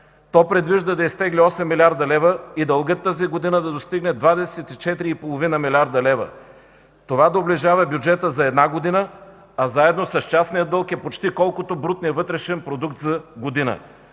То предвижда да изтегли 8 млрд. лв. и дългът тази година да достигне 24,5 млрд. лв. Това доближава бюджета за една година, а заедно с частния дълг е почти колкото брутният вътрешен продукт за година.